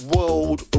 World